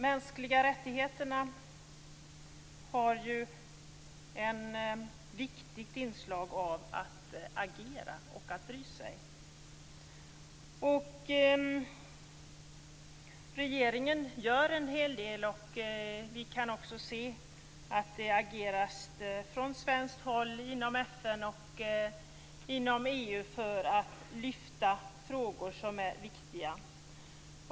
Mänskliga rättigheter har ett viktigt inslag av att agera och att bry sig. Regeringen gör en hel del. Vi kan också se att det ageras från svenskt håll inom FN och inom EU för att lyfta frågor som är viktiga.